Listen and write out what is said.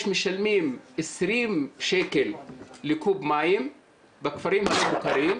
יש שמשלמים 20 שקל לקוב מים בכפרים הלא מוכרים.